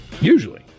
Usually